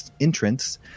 entrance